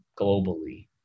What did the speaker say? globally